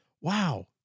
wow